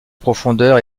profondeur